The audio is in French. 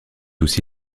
aussi